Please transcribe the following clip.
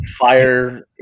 fire